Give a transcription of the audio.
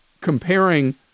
comparing